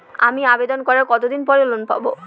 আমি আবেদন করার কতদিন বাদে লোন পাব?